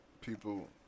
people